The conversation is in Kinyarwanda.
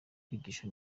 kwigisha